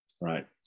Right